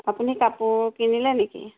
আপুনি কাপোৰ কিনিলে নেকি